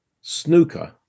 snooker